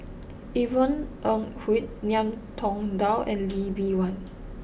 Yvonne Ng Uhde Ngiam Tong Dow and Lee Bee Wah